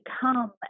become